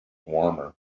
warmer